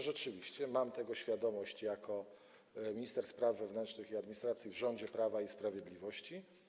Rzeczywiście mam tego świadomość jako minister spraw wewnętrznych i administracji w rządzie Prawa i Sprawiedliwości.